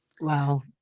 Wow